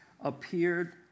appeared